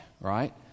right